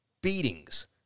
beatings